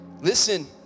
listen